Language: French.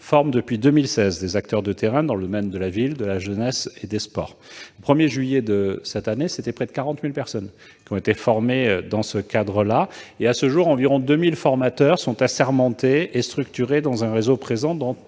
depuis 2016, aux acteurs de terrain dans le domaine de la ville, de la jeunesse et des sports. Le 1 juillet de cette année, près de 40 000 personnes ont été formées dans ce cadre. À ce jour, environ 2 000 formateurs sont assermentés et structurés dans un réseau présent